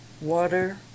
water